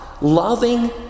loving